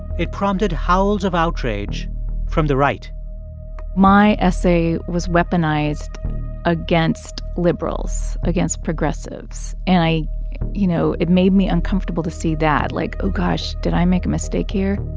it prompted howls of outrage from the right my essay was weaponized against liberals, against progressives. and i you know, it made me uncomfortable to see that. like, oh, gosh, did i make a mistake here?